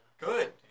Good